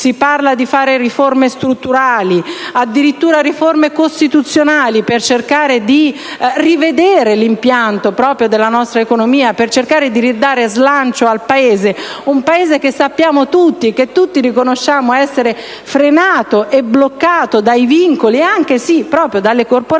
si parla di fare riforme strutturali, addirittura costituzionali per cercare di rivedere l'impianto della nostra economia e ridare slancio al Paese, un Paese che tutti riconosciamo essere frenato e bloccato dai vincoli e, sì, proprio dalle corporazioni,